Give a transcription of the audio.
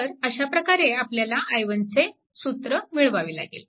तर अशा प्रकारे आपल्याला i1 चेसूत्र मिळवावे लागेल